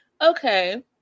okay